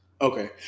Okay